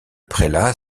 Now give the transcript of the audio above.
prélat